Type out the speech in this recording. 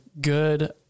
good